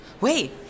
Wait